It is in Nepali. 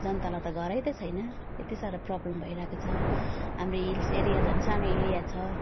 जनतालाई त घरै त छैन यति साह्रो प्रब्लम भइरहेको छ हाम्रो हिल्स एरिया झन् सानो एरिया छ